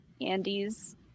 andy's